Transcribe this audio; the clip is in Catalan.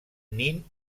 nin